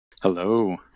Hello